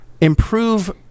improve